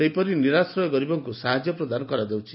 ସେହିପରି ନିରାଶ୍ରୟ ଗରିବଙ୍କୁ ସାହାଯ୍ୟ ପ୍ରଦାନ କରାଯାଉଛି